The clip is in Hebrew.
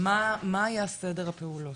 מה היה סדר הפעולות?